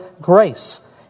grace